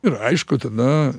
ir aišku tada